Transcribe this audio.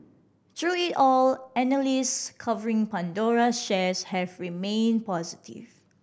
through it all analysts covering Pandora's shares have remained positive